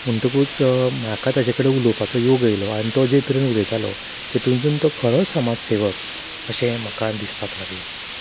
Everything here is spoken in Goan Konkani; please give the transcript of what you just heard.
म्हणटकूच म्हाका ताचे कडेन उलोवपाचो योग येयलो आनी तो जे तरेन उलयतालो तेतूनसून तो खरोच समाजसेवक अशें म्हाका दिसपाक लागलें